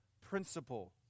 principle